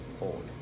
old